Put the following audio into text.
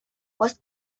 was